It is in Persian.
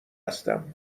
هستم